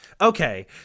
Okay